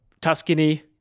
Tuscany